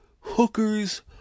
hookers